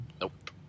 Nope